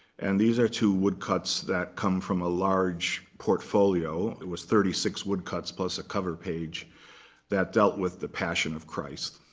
and these are two woodcuts that come from a large portfolio. it was thirty six woodcuts plus a cover page that dealt with the passion of christ.